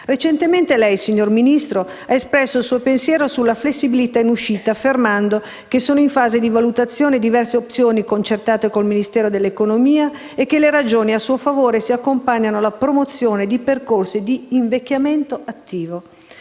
Recentemente lei, signor Ministro, ha espresso il suo pensiero sulla flessibilità in uscita affermando che sono in fase di valutazione diverse opzioni concertate con il Ministro dell'economia e che le ragioni a suo favore si accompagnano alla promozione di percorsi di invecchiamento attivo.